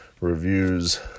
Reviews